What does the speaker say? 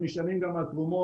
הם נשענים גם על תרומות.